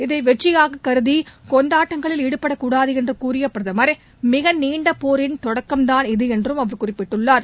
இதைவெற்றியாககருதிகொண்டாட்டங்களில் ஈடுபடக் கூடாதுஎன்றுகூறியபிரதமர் மிகநீண்டபோரின் தொடக்கம் தான் இது என்றுகுறிப்பிட்டுள்ளார்